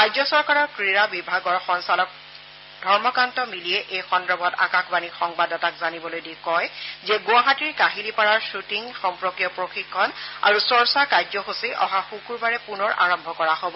ৰাজ্য চৰকাৰৰ ক্ৰীড়া বিভাগৰ সঞ্চালক ধৰ্মকান্ত মিলিয়ে এই সন্দৰ্ভত আকাশবাণীৰ সংবাদদাতাক জানিবলৈ দি কয় যে গুৱাহাটীৰ কাহিলিপাৰা খুটিং সম্পৰ্কীয় প্ৰশিক্ষণ আৰু চৰ্চা কাৰ্যসূচী অহা শুকুৰবাৰে পুনৰ আৰম্ভ কৰা হ'ব